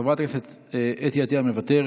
חבר הכנסת יאיר לפיד,